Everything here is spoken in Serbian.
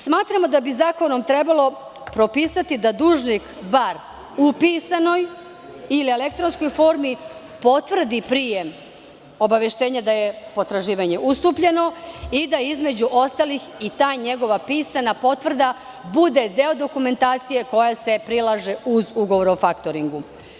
Smatramo da bi zakonom trebalo propisati da dužnik barem u pisanoj ili elektronskoj formi potvrdi prijem obaveštenja da je potraživanje ustupljeno i da ta njegova pisana potvrda bude deo dokumentacije koja se prilaže uz ugovor o faktoringu.